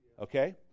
Okay